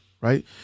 right